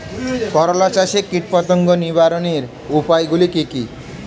করলা চাষে কীটপতঙ্গ নিবারণের উপায়গুলি কি কী?